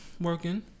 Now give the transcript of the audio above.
Working